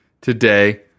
today